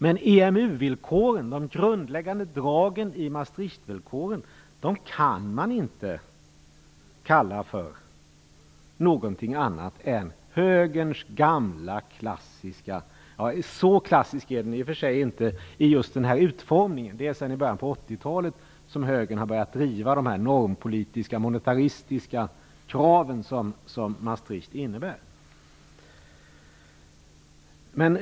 EMU-villkoren, de grundläggande dragen i Maastricht-villkoren, kan man inte kalla någonting annat än högerns gamla klassiska politik. Den är visserligen inte så klassisk i just den här utformningen. Det är bara sedan början av 1980-talet som högern har drivit de normpolitiska monetäristiska krav som Maastricht innebär.